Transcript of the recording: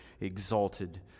exalted